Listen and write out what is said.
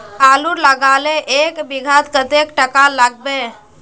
आलूर लगाले एक बिघात कतेक टका लागबे?